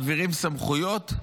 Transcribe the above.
מעבירים סמכויות?